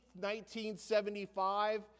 1975